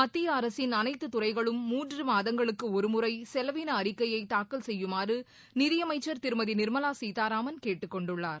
மத்திய அரசின் அனைத்துத் துறைகளும் மூன்று மாதங்களுக்கு ஒருமுறை செலவின அறிக்கையை தாக்கல் செய்யுமாறு நிதியமைச்சர் திருமதி நிர்மலா சீதாராமன் கேட்டுக் கொண்டுள்ளார்